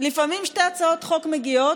לפעמים שתי הצעות חוק מגיעות,